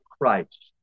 Christ